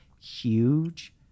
huge